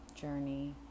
journey